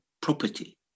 property